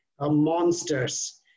monsters